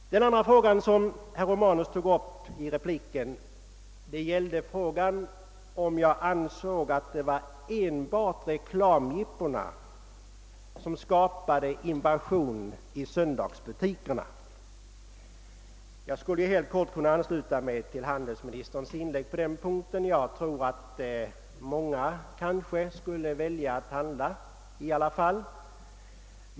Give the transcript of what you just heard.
Den andra frågan, som herr Romanus tog upp i sin replik, gällde huruvida jag ansåg att det enbart var reklamjippona som skapade invasion i de söndagsöppna butikerna. Jag skulle på den punkten kunna inskränka mig till att ansluta mig till vad handelsministern sade. Jag tror att många kanske skulle välja att handla på söndagarna i alla fall.